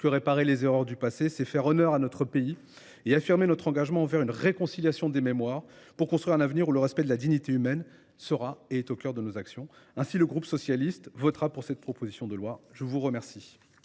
que réparer les erreurs du passé : nous faisons honneur à notre pays, nous affirmons notre engagement envers une réconciliation des mémoires et nous construisons un avenir où le respect de la dignité humaine est au cœur de nos actions. Le groupe socialiste votera donc pour cette proposition de loi. La parole